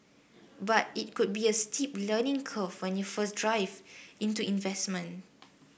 but it could be a steep learning curve when you first dive into investment